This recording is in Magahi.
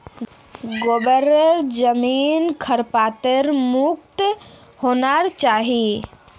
ग्वारेर जमीन खरपतवार मुक्त होना चाई